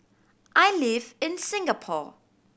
I live in Singapore